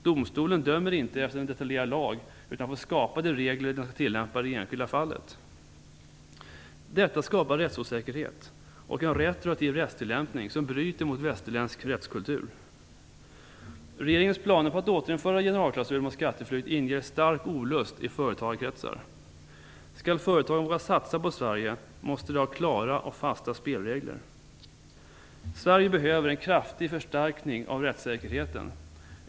Domstolen dömer inte efter en detaljerad lag utan får skapa de regler den skall tillämpa i det enskilda fallet. Detta skapar rättsosäkerhet och en retroaktiv rättstillämpning som bryter mot västerländsk rättskultur. Regeringens planer på att återinföra generalklausulen mot skatteflykt inger stark olust i företagarkretsar. Skall företagen våga satsa på Sverige måste de ha klara och fasta spelregler. Sverige behöver en kraftig förstärkning av rättssäkerheten.